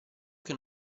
che